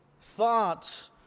thoughts